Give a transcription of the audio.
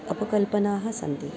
अपकल्पनाः सन्ति